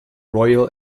royal